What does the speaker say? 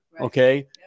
Okay